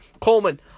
Coleman